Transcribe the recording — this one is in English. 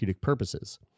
purposes